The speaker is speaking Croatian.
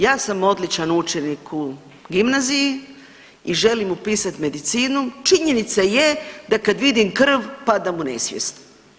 Ja sam odličan učenik u gimnaziji i želim upisati medicinu, činjenica da kad vidim krv padam u nesvijest.